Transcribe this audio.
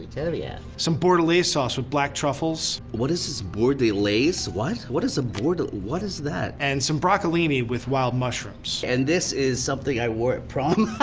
kind of yeah some bordelaise sauce with black truffles. what is this bordelaise, what? what is a bord what is that? and some broccolini with wild mushrooms. and this is something i wore at prom.